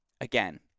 again